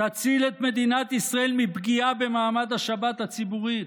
תציל את מדינת ישראל מפגיעה במעמד השבת הציבורית,